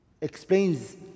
explains